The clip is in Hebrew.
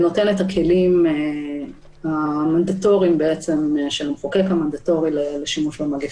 הוא נותן את הכלים המנדטוריים של המחוקק המנדטורי לשימוש במגפה.